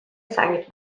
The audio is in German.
sankt